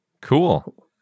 Cool